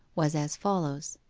was as follows